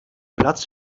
platz